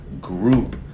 group